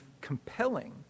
compelling